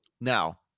Now